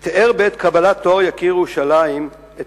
תיאר בעת קבלת תואר "יקיר ירושלים" את